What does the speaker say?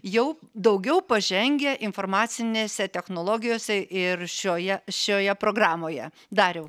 jau daugiau pažengę informacinėse technologijose ir šioje šioje programoje dariau